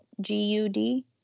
G-U-D